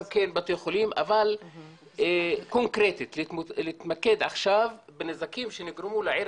יש בה גם בתי חולים אבל צריך להתמקד עכשיו קונקרטית בנזקים שנגרמו לעיר